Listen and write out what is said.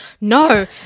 no